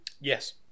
Yes